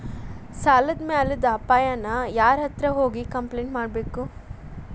ಸಾಲದ್ ಮ್ಯಾಲಾದ್ ಅಪಾಯಾನ ಯಾರ್ಹತ್ರ ಹೋಗಿ ಕ್ಂಪ್ಲೇನ್ಟ್ ಕೊಡ್ಬೇಕು?